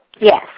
Yes